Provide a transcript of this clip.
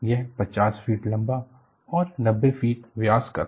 यह 50 फीट लंबा और 90 फीट व्यास का था